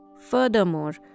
Furthermore